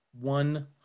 one